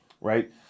right